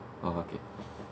ah okay